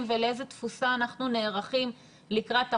ולאיזה תפוסה אנחנו נערכים לקראת החורף.